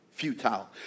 futile